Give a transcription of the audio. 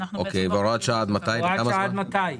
הוראת השעה עד מתי?